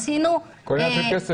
--- כסף.